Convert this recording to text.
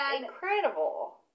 incredible